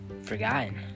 forgotten